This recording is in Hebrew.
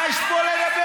מה יש פה לדבר?